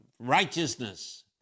Righteousness